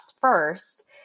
first